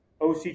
OC